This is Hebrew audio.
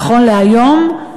נכון להיום,